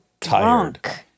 tired